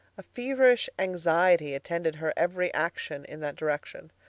a feverish anxiety attended her every action in that direction.